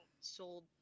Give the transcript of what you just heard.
sold